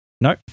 No